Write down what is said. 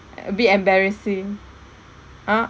a bit embarrassing ah